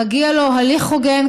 מגיע לו הליך הוגן,